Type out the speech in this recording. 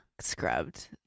scrubbed